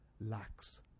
lacks